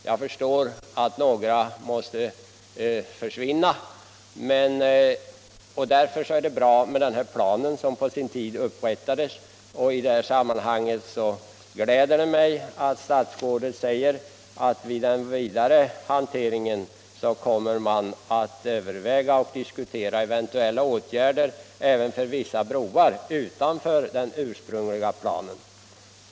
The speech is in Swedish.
Jag förstår att några måste försvinna. Därför är det bra med den plan som på sin tid upprättades, och det gläder mig att statsrådet säger att man vid den vidare hanteringen kommer att överväga och diskutera eventuella åtgärder även för vissa broar utanför den ursprungliga planen.